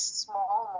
small